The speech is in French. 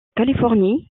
californie